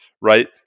right